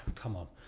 come on.